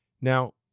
Now